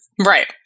Right